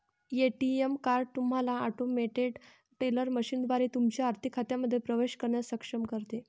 ATM card तुम्हाला automated teller मशीनद्वारे तुमच्या आर्थिक खात्यांमध्ये प्रवेश करण्यास सक्षम करते